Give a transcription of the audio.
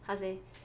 like how to say